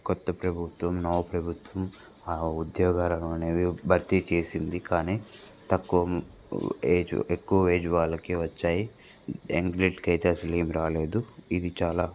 కొత్త ప్రభుత్వం నవ ప్రభుత్వం ఆ ఉద్యోగాలు అనేవి భర్తీ చేసింది కానీ తక్కువ ఏజ్ ఎక్కువ ఏజ్ వాళ్ళకి వచ్చాయి యంగ్ బ్లడ్కు అయితే అసలు ఏమి రాలేదు ఇది చాలా